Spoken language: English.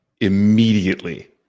immediately